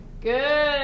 Good